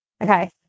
Okay